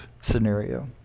scenario